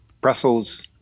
Brussels